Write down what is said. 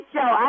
Show